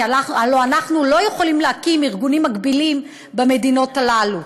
כי הלוא אנחנו לא יכולים להקים ארגונים מקבילים במדינות האלה.